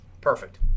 perfect